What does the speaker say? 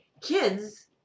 Kids